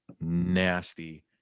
nasty